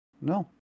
no